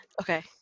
okay